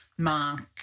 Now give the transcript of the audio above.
Mark